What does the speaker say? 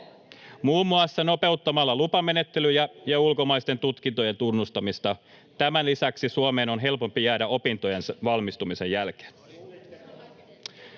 muun muassa nopeuttamalla lupamenettelyjä ja ulkomaisten tutkintojen tunnustamista. Tämän lisäksi Suomeen on helpompi jäädä opintojen valmistumisen jälkeen.